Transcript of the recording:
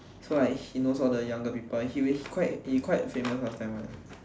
so like he knows all the younger people he will quite he quite famous last time [one]